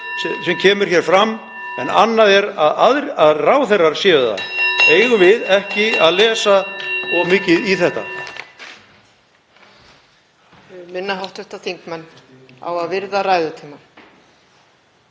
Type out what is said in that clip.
sem kemur hér fram en annað er að ráðherrar séu það. Eigum við ekki að lesa of mikið í þetta?